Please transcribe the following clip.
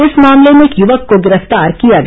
इस मामले में एक युवक को गिरफ्तार किया गया